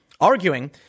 arguing